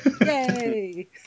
Yay